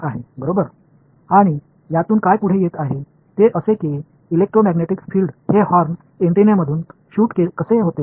ஒரு horn antenna விலிருந்து வெளியேறும் மின்காந்த புலம் எப்படி இருக்கிறது